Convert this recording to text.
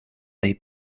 they